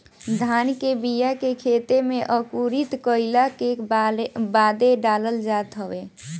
धान के बिया के खेते में अंकुरित कईला के बादे डालल जात हवे